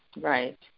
Right